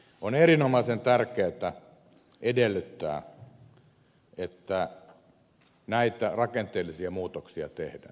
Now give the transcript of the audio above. on erinomaisen tärkeätä edellyttää että näitä rakenteellisia muutoksia tehdään